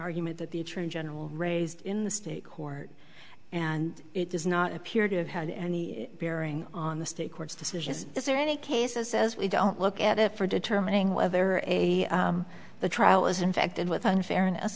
argument that the attorney general raised in the state court and it does not appear to have had any bearing on the state court's decision is there any cases says we don't look at it for determining whether the trial is infected with unfairness